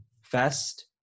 fest